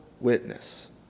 witness